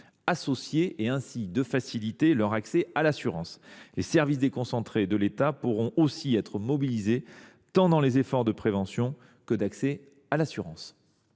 associés et, ainsi, de faciliter leur accès à l’assurance. Les services déconcentrés de l’État pourront aussi être mobilisés dans les efforts tant de prévention que d’accès à l’assurance.